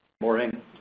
Morning